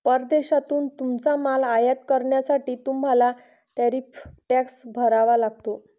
परदेशातून तुमचा माल आयात करण्यासाठी तुम्हाला टॅरिफ टॅक्स भरावा लागतो